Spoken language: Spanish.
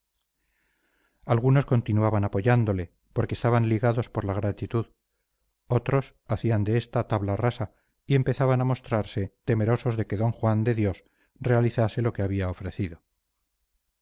algunos continuaban apoyándole porque estaban ligados por la gratitud otros hacían de ésta tabla rasa y empezaban a mostrarse temerosos de que d juan de dios realizase lo que había ofrecido